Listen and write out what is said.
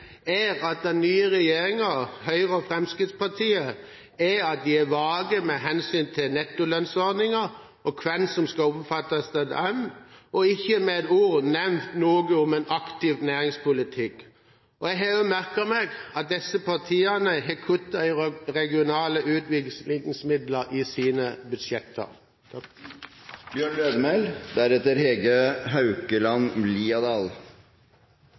er at den nye regjeringa, Høyre og Fremskrittspartiet, er vage med hensyn til nettolønnsordninga og hvem som skal omfattes av den, og ikke med et ord har nevnt noe om en aktiv næringspolitikk. Jeg har også merket meg at disse partiene har kuttet i regionale utviklingsmidler i sine budsjetter.